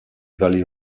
vallées